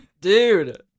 dude